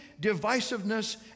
divisiveness